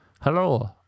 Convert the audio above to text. Hello